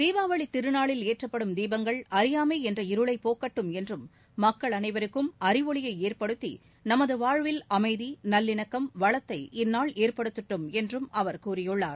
தீபாவளி திருநாளில் ஏற்றப்படும் தீபங்கள் அறியாமை என்ற இருளைப் போக்கட்டும் என்றும் மக்கள் அனைவருக்கும் அறிவொளியை ஏற்படுத்தி நமது வாழ்வில் அமைதி நல்லிணக்கம் வளத்தை இந்நாள் ஏற்படுத்தட்டும் என்றும் அவர் கூறியுள்ளார்